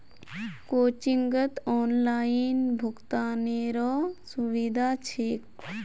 कोचिंगत ऑनलाइन भुक्तानेरो सुविधा छेक